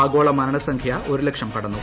ആഗോള മരണസംഖ്യ ഒരു ലക്ഷം കടന്നു